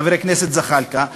חבר הכנסת זחאלקה,